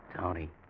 Tony